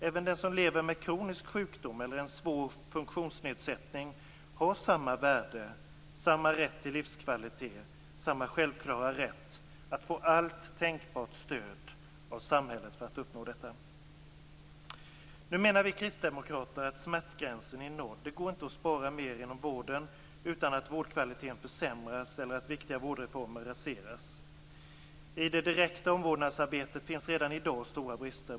Även den som lever med kronisk sjukdom eller en svår funktionsnedsättning har samma värde, samma rätt till livskvalitet, samma självklara rätt att få allt tänkbart stöd av samhället för att uppnå detta. Nu menar vi kristdemokrater att smärtgränsen är nådd. Det går inte att spara mer inom vården utan att vårdkvaliteten försämras eller att viktiga vårdformer raseras. I det direkta omvårdnadsarbetet finns redan i dag stora brister.